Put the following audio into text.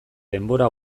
denbora